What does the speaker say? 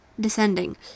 descending